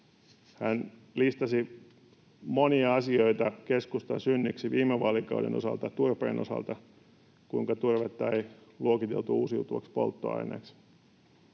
Hän listasi monia asioita keskustan synniksi viime vaalikaudella turpeen osalta, kuinka turvetta ei luokiteltu uusiutuvaksi polttoaineeksi.